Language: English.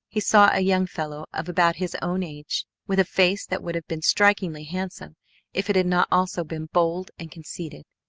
he saw a young fellow of about his own age with a face that would have been strikingly handsome if it had not also been bold and conceited.